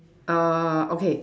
err okay